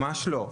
ממש לא,